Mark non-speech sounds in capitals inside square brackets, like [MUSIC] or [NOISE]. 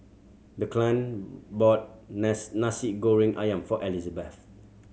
Declan bought [UNINTELLIGIBLE] Nasi Goreng Ayam for Elizebeth